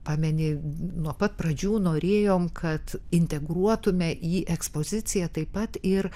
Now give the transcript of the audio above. pameni nuo pat pradžių norėjom kad integruotume į ekspoziciją taip pat ir